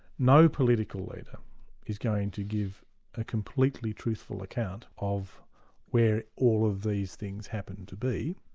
no political leader is going to give a completely truthful account of where all of these things happen to be,